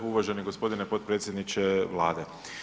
Uvaženi gospodine potpredsjedniče Vlade.